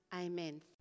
Amen